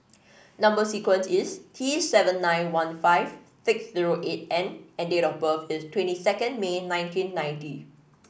number sequence is T seven nine one five six zero eight N and date of birth is twenty second May nineteen ninety